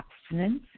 abstinence